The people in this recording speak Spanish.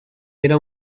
era